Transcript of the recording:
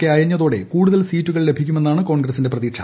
K അയഞ്ഞതോടെ കൂടുതൽ സീറ്റുകൾ ലഭിക്കുമെന്നാണ് കോൺഗ്രസിന്റെ പ്രതീക്ഷ